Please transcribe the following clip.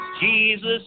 Jesus